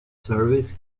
service